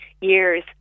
years